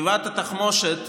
גבעת התחמושת,